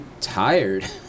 tired